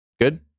Good